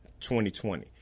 2020